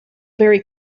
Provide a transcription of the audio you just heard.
very